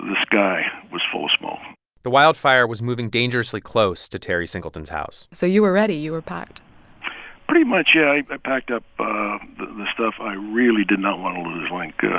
sky was full of smoke the wildfire was moving dangerously close to terry singleton's house so you were ready. you were packed pretty much, yeah. i packed up the stuff i really did not want to lose like